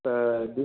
இப்போ டிஸ்க்